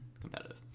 competitive